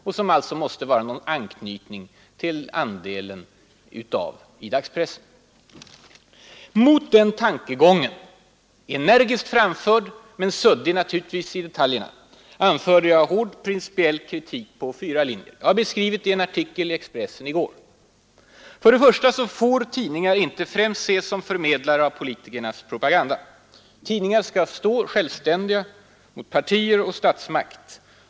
Det måste ju innebära någon anknytning till andelen i dagspressen. Mot den tankegången, energiskt driven men naturligtvis suddig i detaljerna, anförde jag hård principiell kritik på fyra linjer. Jag har beskrivit det i en artikel i Expressen i går. För det första får tidningar inte främst ses som förmedlare av politikernas propaganda. Tidningar skall stå självständiga mot partier och statsmakt.